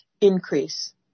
increase